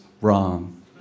wrong